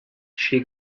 she